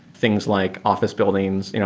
things like office buildings. you know